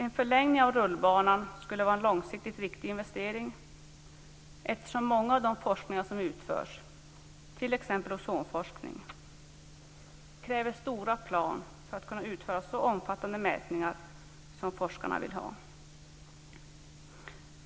En förlängning av rullbanan skulle vara en långsiktigt riktig investering, då mycket av den forskning som utförs, t.ex. ozonforskningen, kräver stora plan för att kunna utföra så omfattande mätningar som forskarna vill ha.